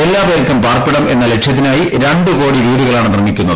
എല്ലാ പേർക്കും പാർപ്പിടം എന്ന ലക്ഷ്യത്തിനായി രണ്ടു കോടി വീടുകളാണ് നിർമ്മിക്കുന്നത്